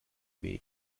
weg